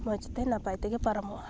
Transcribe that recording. ᱢᱚᱸᱡᱛᱮ ᱱᱟᱯᱟᱭᱛᱮ ᱜᱮ ᱯᱟᱨᱚᱢᱚᱜᱼᱟ